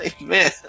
man